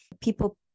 people